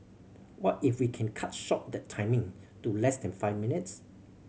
what if we can cut short that timing to less than five minutes